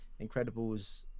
incredibles